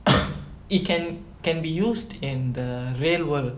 it can can be used in the real world